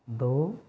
दो